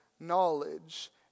knowledge